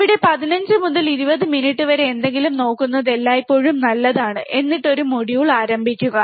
അവിടെ 15 മുതൽ 20 മിനിറ്റ് വരെ എന്തെങ്കിലും നോക്കുന്നത് എല്ലായ്പ്പോഴും നല്ലതാണ് എന്നിട്ട്മറ്റൊരു മൊഡ്യൂൾ ആരംഭിക്കുക